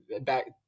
back